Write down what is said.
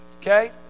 Okay